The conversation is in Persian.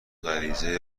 غریزه